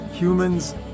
Humans